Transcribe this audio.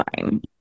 Fine